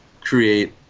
create